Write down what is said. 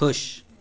ख़ुश